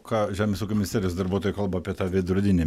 ką žemės ūkio ministerijos darbuotojai kalba apie tą vidrodinį